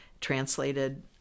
translated